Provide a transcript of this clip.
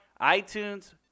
itunes